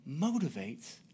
motivates